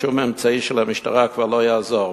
שום אמצעי של המשטרה כבר לא יעזור.